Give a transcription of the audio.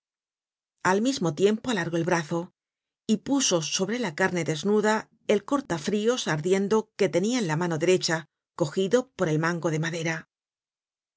al mismo tiempo alargó el brazo y puso sobre la carne desnuda el cortafrios ardiendo que tenia en la mano derecha cogido por el mango de madera